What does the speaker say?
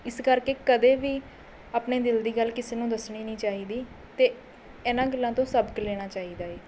ਇਸ ਕਰਕੇ ਕਦੇ ਵੀ ਆਪਣੇ ਦਿਲ ਦੀ ਗੱਲ ਕਿਸੇ ਨੂੰ ਦੱਸਣੀ ਨਹੀਂ ਚਾਹੀਦੀ ਅਤੇ ਇਹਨਾਂ ਗੱਲਾਂ ਤੋਂ ਸਬਕ ਲੈਣਾ ਚਾਹੀਦਾ ਏ